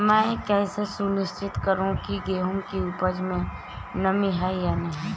मैं कैसे सुनिश्चित करूँ की गेहूँ की उपज में नमी है या नहीं?